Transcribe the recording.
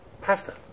Pasta